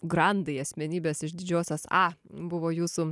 grandai asmenybės iš didžiosios a buvo jūsų